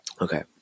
Okay